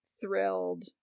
thrilled